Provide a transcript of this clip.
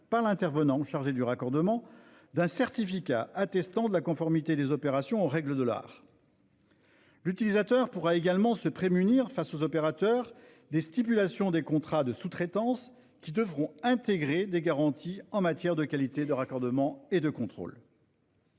par l'intervenant chargé du raccordement, d'un certificat attestant de la conformité des opérations aux règles de l'art. L'utilisateur pourra également se prévaloir face aux opérateurs des stipulations des contrats de sous-traitance, lesquels devront intégrer des garanties en matière de qualité de raccordement et de contrôle.